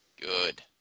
Good